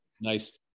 nice